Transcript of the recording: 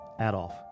Adolf